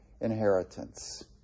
inheritance